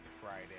Friday